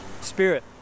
spirit